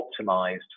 optimized